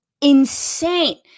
insane